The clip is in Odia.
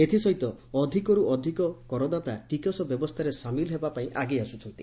ଏଥିସହିତ ଅଧିକରୁ ଅଧିକ ପରଦାତା ଟିକସ ବ୍ୟବସ୍ଥାରେ ସାମିଲ ହେବା ପାଇଁ ଆଗେଇ ଆସ୍କଚ୍ଚନ୍ତି